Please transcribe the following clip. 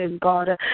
God